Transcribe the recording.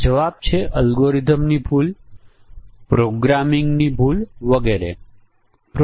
તો 7 Boolean inputs છેપછી સંયોજનોની સંખ્યા 2 પાવર 7 છે જે 128 છે પરંતુ જોડી મુજબના પરીક્ષણ સમૂહનું કદ 8 છે